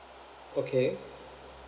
okay